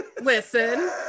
Listen